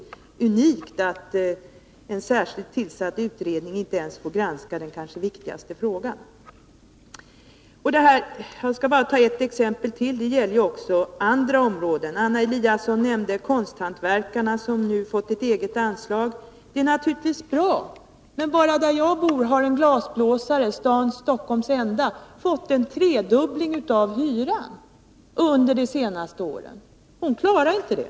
Det är unikt att en särskilt tillsatt utredning inte får den möjligheten. Jag skall ta ett exempel från ett annat område. Anna Eliasson nämnde konsthantverkarna som nu har fått ett eget anslag. Det är naturligtvis bra. Men t.ex. där jag bor har en glasblåsare, Stockholms enda, fått en tredubbling av hyran under de senaste åren — och detta klarar hon inte.